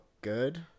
good